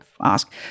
ask